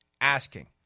asking